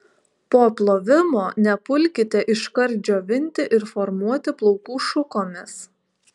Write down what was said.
po plovimo nepulkite iškart džiovinti ir formuoti plaukų šukomis